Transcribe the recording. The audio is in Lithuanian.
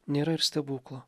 nėra ir stebuklo